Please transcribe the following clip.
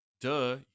duh